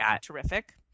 terrific